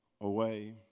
away